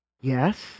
Yes